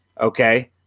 Okay